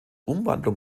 umwandlung